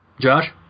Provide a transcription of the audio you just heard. Josh